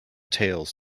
tales